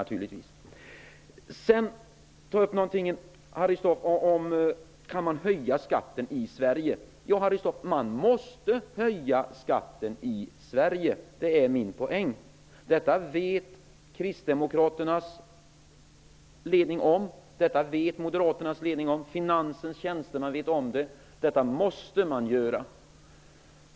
Harry Staaf frågade om man kunde höja skatten i Sverige. Ja, man måste höja skatten i Sverige. Det är min poäng. Detta vet Kristdemokraternas ledning. Detta vet Moderaternas ledning. Detta vet finansens tjänstemän. Man måste höja skatten.